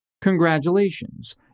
Congratulations